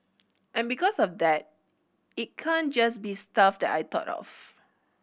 and because of that it can't just be stuff that I thought of